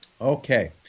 Okay